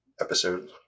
episode